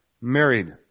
married